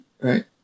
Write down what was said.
right